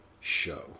show